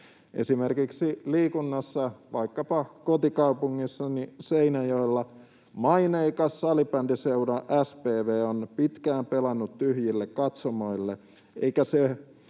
Esimerkiksi liikunnassa vaikkapa kotikaupungissani Seinäjoella maineikas salibandyseura SPV on pitkään pelannut tyhjille katsomoille, eikä se